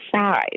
size